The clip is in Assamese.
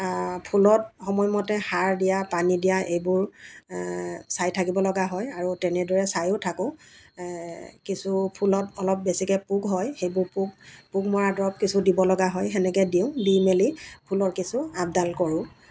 ফুলত সময়মতে সাৰ দিয়া পানী দিয়া এইবোৰ চাই থাকিবলগা হয় আৰু তেনেদৰে চায়ো থাকোঁ কিছু ফুলত অলপ বেছিকৈ পোক হয় সেইবোৰ পোক পোক মৰা দৰৱ কিছু দিব লগা হয় সেনেকৈ দিওঁ দি মেলি ফুলৰ কিছু আপদাল কৰোঁ